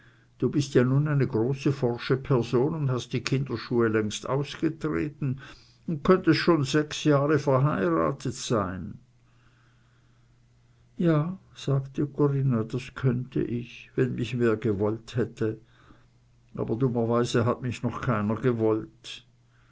du bist ja nun eine große forsche person und hast die kinderschuhe längst ausgetreten und könntest schon sechs jahre verheiratet sein ja sagte corinna das könnt ich wenn mich wer gewollt hätte aber dummerweise hat mich noch keiner gewollt